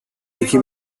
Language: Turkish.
iki